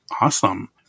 awesome